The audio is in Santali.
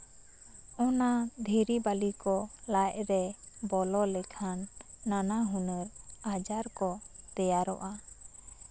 ᱚᱱᱟ ᱫᱷᱤᱨᱤ ᱵᱟᱞᱤ ᱠᱚ ᱫᱟᱜ ᱨᱮ ᱵᱚᱞᱚ ᱞᱮᱠᱷᱟᱱ ᱱᱟᱱᱟ ᱦᱩᱱᱟᱹᱨ ᱟᱡᱟᱨ ᱠᱚ ᱛᱮᱭᱟᱨᱚᱜᱼᱟ